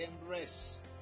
embrace